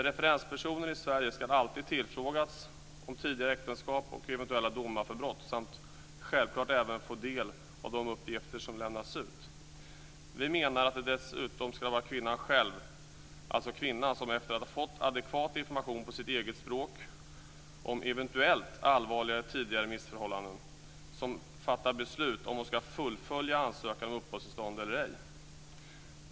Referenspersoner i Sverige ska alltid tillfrågas om tidigare äktenskap och eventuella domar för brott samt självklart även få del av de uppgifter som lämnas ut. Vi menar att det dessutom ska vara kvinnan själv som, efter att ha fått adekvat information på sitt eget språk om eventuellt tidigare allvarligare missförhållanden, fattar beslut om hon ska fullfölja ansökan om uppehållstillstånd eller ej.